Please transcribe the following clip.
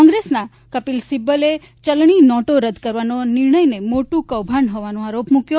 કોંગ્રેસના કપિલ સિબ્બલે ચલણી નોટો રદ કરવાનો નિર્ણય મોટું કૌભાંડ હોવાનો આરોપ મૂક્યો